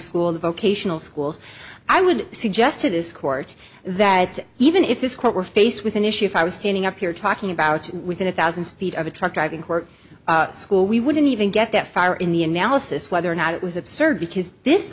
school vocational schools i would suggest to this court that even if this quote were faced with an issue if i was standing up here talking about within a thousand feet of a truck driving to work school we wouldn't even get that far in the analysis whether or not it was absurd because this